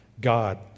god